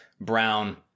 Brown